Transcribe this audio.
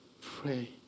Pray